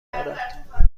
دارد